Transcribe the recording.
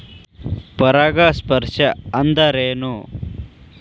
ಪರಾಗಸ್ಪರ್ಶ ಅಂದರೇನು?